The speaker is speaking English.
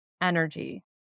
energy